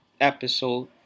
episode